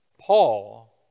Paul